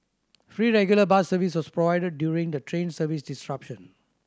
free regular bus service was provided during the train service disruption